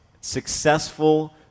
successful